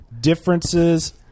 differences